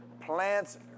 plants